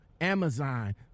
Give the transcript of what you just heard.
Amazon